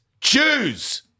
Choose